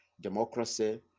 democracy